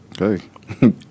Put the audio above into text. Okay